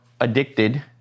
addicted